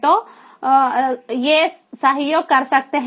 तो ये सहयोग कर सकते हैं